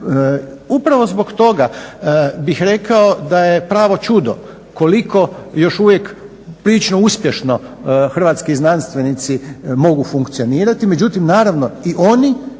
Upravo zbog toga bih rekao da je pravo čudo koliko još uvijek prilično uspješno hrvatski znanstvenici mogu funkcionirati, međutim naravno i oni